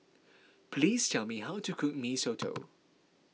please tell me how to cook Mee Soto